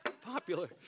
popular